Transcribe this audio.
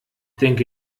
denke